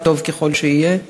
טוב ככל שיהיה,